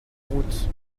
route